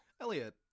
elliot